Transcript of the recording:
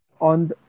on